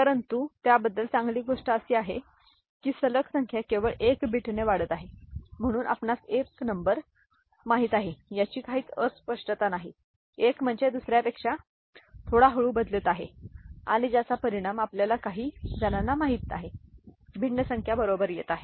परंतु त्याबद्दल चांगली गोष्ट अशी आहे की सलग संख्या केवळ 1 बिटने वाढत आहे म्हणून आपणास एक नंबर माहित आहे याची काहीच अस्पष्टता नाही एक म्हणजे दुसर्यापेक्षा थोडा हळू बदलत आहे ज्याचा परिणाम आपल्याला काही जणांना माहित आहे भिन्न संख्या बरोबर येत आहे